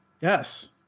Yes